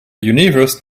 universe